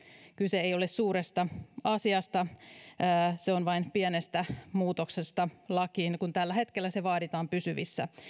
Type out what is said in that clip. kyse ei ole suuresta asiasta vaan vain pienestä muutoksesta lakiin kun tällä hetkellä rikosselvitysote vaaditaan pysyvissä